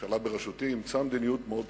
הממשלה בראשותי אימצה מדיניות מאוד פשוטה.